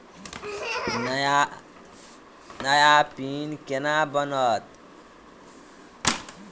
नया पिन केना बनत?